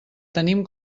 tenim